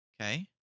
Okay